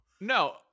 No